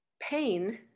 pain